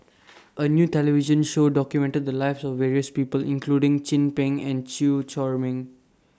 A New television Show documented The Lives of various People including Chin Peng and Chew Chor Meng